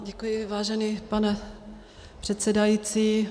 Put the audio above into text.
Děkuji, vážený pane předsedající.